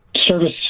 service